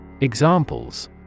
Examples